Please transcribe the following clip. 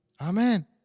Amen